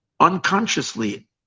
unconsciously